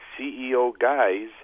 ceoguys